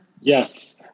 Yes